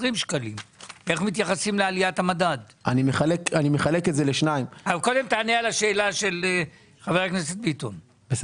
או שיש